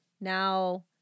Now